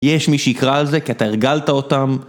יש מי שיקרא על זה כי אתה הרגלת אותם